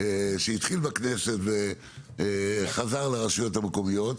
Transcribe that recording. שהתחיל לכנסת וחזר לרשויות המקומיות.